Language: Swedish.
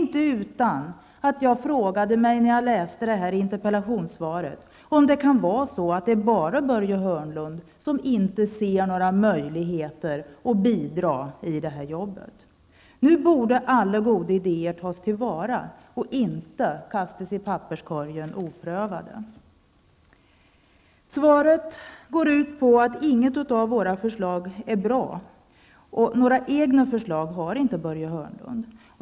När jag läste interpellationssvaret undrade jag om det kunde vara så att det bara är Börje Hörnlund som inte ser några möjligheter. Nu borde alla goda idéer tas till vara och inte kastas i papperskorgen oprövade. Interpellationssvaret går ut på att inget av förslagen är bra. Men några egna förslag har inte Börje Hörnlund.